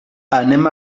anem